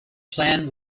plan